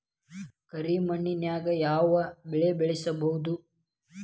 ಕರಿ ಮಣ್ಣಾಗ್ ಯಾವ್ ಬೆಳಿ ಬೆಳ್ಸಬೋದು?